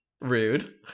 rude